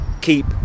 keep